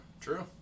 true